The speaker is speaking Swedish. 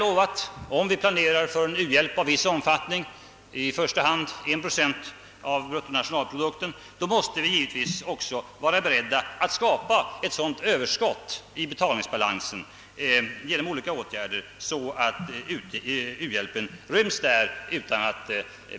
Om vi planerar för en u-hjälp av viss omfattning, i första hand 1 procent av <bruttonationalprodukten, måste vi givetvis också vara beredda att skapa ett sådant överskott i betalningsbalansen att u-hjälpen rymmes där.